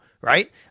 right